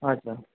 अच्छा